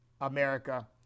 America